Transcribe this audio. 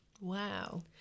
Wow